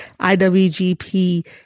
IWGP